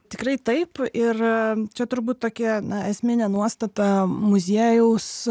tikrai taip ir čia turbūt tokia na esminė nuostata muziejaus